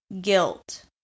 guilt